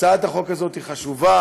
הצעת החוק הזאת היא חשובה.